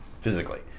physically